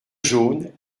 jaune